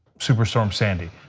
super storm sandy.